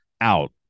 out